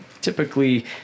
typically